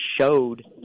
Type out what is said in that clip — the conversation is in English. showed